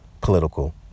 political